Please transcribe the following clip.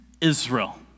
Israel